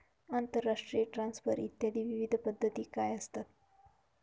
आंतरराष्ट्रीय ट्रान्सफर इत्यादी विविध पद्धती काय असतात?